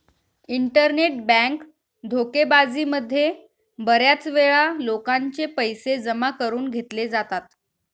internet bank धोकेबाजी मध्ये बऱ्याच वेळा लोकांचे पैसे जमा करून घेतले जातात